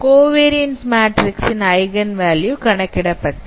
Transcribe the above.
covariance matrix இன் eigen value கணக்கிடப்பட்டது